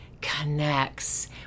connects